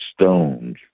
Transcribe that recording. stones